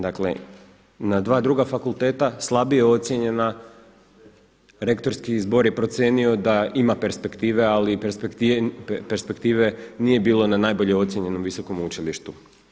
Dakle, na dva druga fakulteta slabije ocijenjena rektorski zbor je procijenio da ima perspektive, ali perspektive nije bilo na najbolje ocijenjenom visokom učilištu.